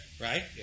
right